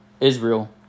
Israel